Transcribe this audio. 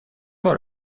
بار